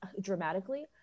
dramatically